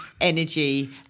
energy